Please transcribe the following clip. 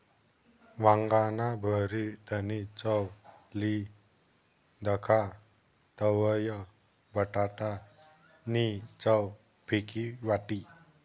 वांगाना भरीतनी चव ली दखा तवयं बटाटा नी चव फिकी वाटी